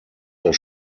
das